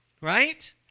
right